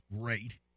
great